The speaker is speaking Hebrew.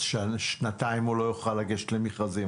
אז שנתיים הוא לא יוכל לגשת למכרזים?